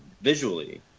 visually